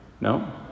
No